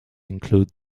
include